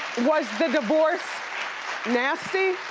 was the divorce nasty?